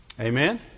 Amen